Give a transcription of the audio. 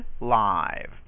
live